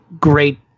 great